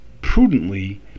prudently